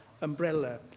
umbrella